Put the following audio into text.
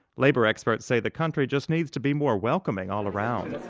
labor experts say the country just needs to be more welcoming all around